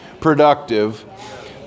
productive